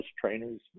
trainers